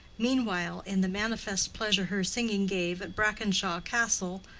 meanwhile, in the manifest pleasure her singing gave at brackenshaw castle,